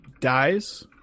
dies